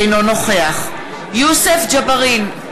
אינו נוכח יוסף ג'בארין,